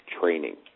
training